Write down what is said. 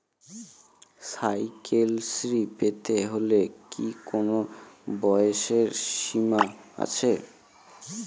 Cycle Shri পেতে হলে কি কোনো বয়সের সীমা আছে?